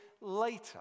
later